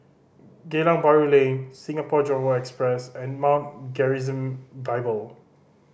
Geylang Bahru Lane Singapore Johore Express and Mount Gerizim Bible